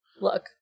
Look